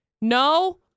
No